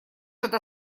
это